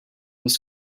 was